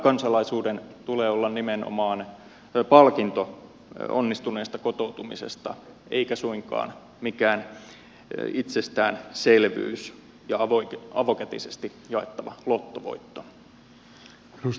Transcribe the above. kansalaisuuden tulee olla nimenomaan palkinto onnistuneesta kotoutumisesta eikä suinkaan mikään itsestäänselvyys ja avokätisesti jaettava lottovoitto